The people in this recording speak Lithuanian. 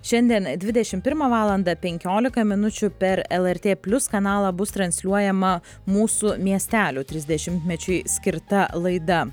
šiandien dvidešim pirmą valandą penkiolika minučių per lrt plius kanalą bus transliuojama mūsų miestelių trisdešimtmečiui skirta laida